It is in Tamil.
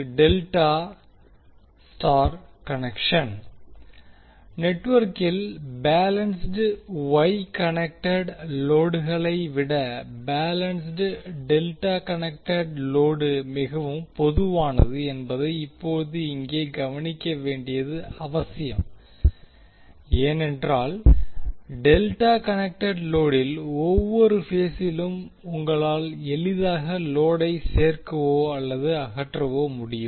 ∆ Y கன்னெக்க்ஷன் நெட்வொர்க்கில் பேலன்ஸ்ட் வொய் கனெக்டெட் லோடுகளை விட பேலன்ஸ்ட் டெல்டா கனெக்டெட் லோடு மிகவும் பொதுவானது என்பதை இப்போது இங்கே கவனிக்க வேண்டியது அவசியம் ஏனென்றால் டெல்டா கனெக்டெட் லோடில் ஒவ்வொரு பேஸிலும் உங்களால் எளிதாக லோடை சேர்க்கவோ அல்லது அகற்றவோ முடியும்